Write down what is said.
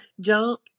Jump